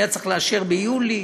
היה צריך לאשר ביולי